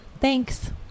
Thanks